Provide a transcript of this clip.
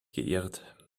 geirrt